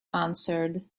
answered